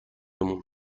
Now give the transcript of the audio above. مون